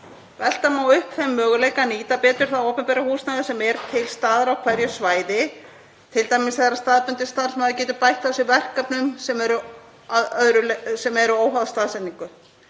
Velta má upp þeim möguleika að nýta betur það opinbera húsnæði sem er til staðar á hverju svæði, t.d. þegar staðbundinn starfsmaður getur bætt á sig verkefnum sem eru óháð staðsetningu.